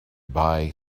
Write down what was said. buy